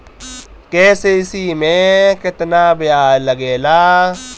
KCC में केतना ब्याज लगेला?